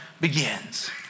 begins